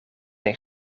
een